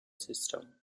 system